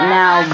now